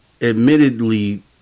admittedly